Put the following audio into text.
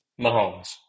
Mahomes